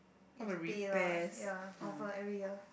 you have to pay lah ya confirm every year